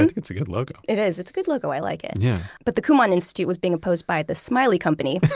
it's a good logo it is. it's a good logo. i like it. yeah but the kumon institute was being opposed by the smiley company,